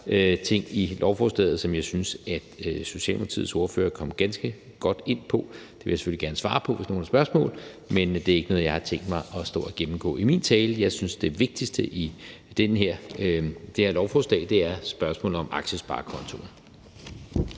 ting i lovforslaget, som jeg synes Socialdemokratiets ordfører kom ganske godt ind på. Jeg vil selvfølgelig gerne svare, hvis nogen har spørgsmål omkring det, men det er ikke noget, jeg har tænkt mig at stå og gennemgå i min tale. Jeg synes, det vigtigste i det her lovforslag er spørgsmålet om aktiesparekontoen.